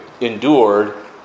endured